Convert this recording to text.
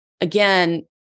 Again